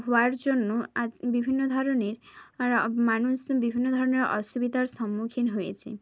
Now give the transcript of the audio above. হওয়ার জন্য আজ বিভিন্ন ধরনের আর মানুষজন বিভিন্ন ধরনের অসুবিধার সম্মুখীন হয়েছে